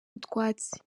utwatsi